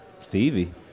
Stevie